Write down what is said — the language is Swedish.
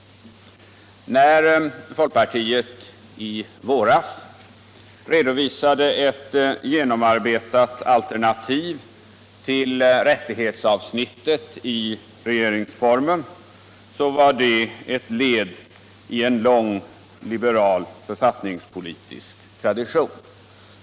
När folkpartiet i våras redovisade ett genomarbetat alternativ till rättighetsavsnittet i regeringsformen, så var det ett led i en lång lHiberal författningspolitisk tradition.